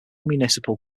municipal